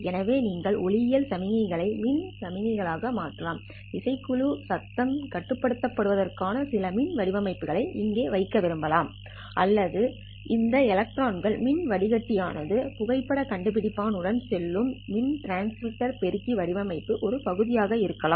எனவே நீங்கள் ஒளியியல் சமிக்ஞைகளை மின் சமிக்ஞைகளாக மாற்றலாம் இசைக்குழு சத்தம் கட்டுப்படுத்துவதற்காக சில மின் வடிகட்டிகளை இங்கே வைக்க விரும்பலாம் அல்லது இந்த எலக்ட்ரிகல் மின் வடிகட்டி ஆனது புகைப்படக் கண்டுபிடிப்பான் உடன் செல்லும் டிரான்ஸ் மின்மறுப்பு பெருக்கி வடிவமைப்பு ஒரு பகுதியாக இருக்கலாம்